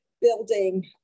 building